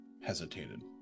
hesitated